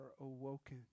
awoken